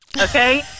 Okay